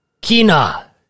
Kina